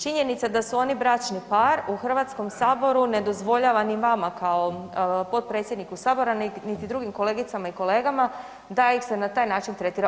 Činjenica da su oni bračni par u Hrvatskom saboru ne dozvoljava ni vama kao potpredsjedniku Sabora, niti drugim kolegicama i kolegama da ih se na taj način tretira.